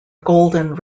golden